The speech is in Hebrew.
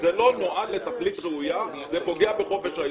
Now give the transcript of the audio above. וזה לא נועד לתכלית ראויה וזה פוגע בחופש העיסוק.